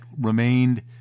remained